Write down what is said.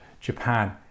Japan